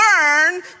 learn